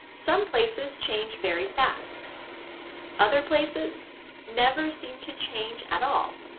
some places change very fast other places never seem to change at all!